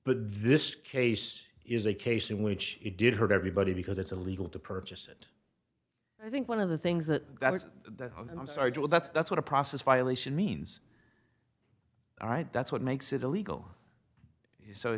but this case is a case in which it did hurt everybody because it's illegal to purchase it i think one of the things that that is and i'm sorry to that's that's what a process violation means all right that's what makes it illegal so